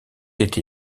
été